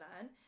learn